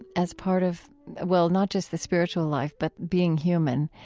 as part of well, not just the spiritual life, but being human,